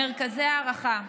מרכזי הערכה,